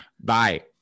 Bye